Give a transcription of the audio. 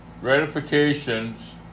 gratifications